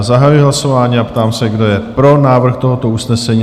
Zahajuji hlasování a ptám se, kdo je pro návrh tohoto usnesení?